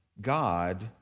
God